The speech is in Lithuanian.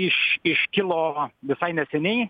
iš iškilo visai neseniai